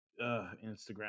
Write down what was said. Instagram